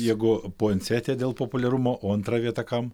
jeigu puansetija dėl populiarumo o antra vieta kam